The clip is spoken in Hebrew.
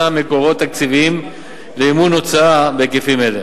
מקורות תקציביים למימון הוצאה בהיקפים אלה.